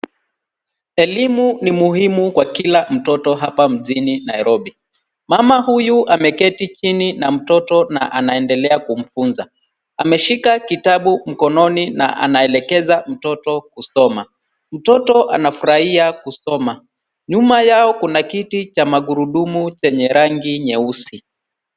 Elimu ni muhimu kwa kila mtoto hapa mjini Nairobi. Mama huyu ameketi chini na mtoto na anaendelea kumfunza. Ameshika kitabu mkononi na anaelekeza mtoto kusoma. Mtoto anafurahia kusoma. Nyuma yao kuna kiti cha magurudumu chenye rangi nyeusi.